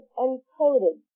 encoded